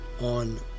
on